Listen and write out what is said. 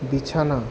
বিছানা